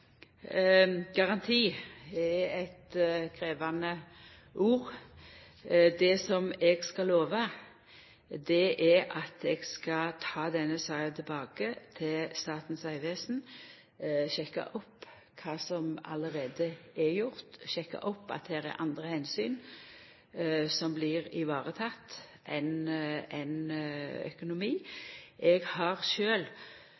er eit krevjande ord. Det som eg kan lova, er at eg skal ta denne saka tilbake til Statens vegvesen, sjekka kva som allereie er gjort, og sjekka at det her er andre omsyn enn økonomi som blir tekne vare på. Eg har sjølv gått ein